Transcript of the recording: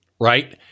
right